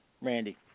Randy